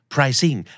Pricing